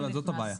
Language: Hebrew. זאת הבעיה.